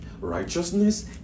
Righteousness